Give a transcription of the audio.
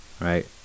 right